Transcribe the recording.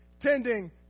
tending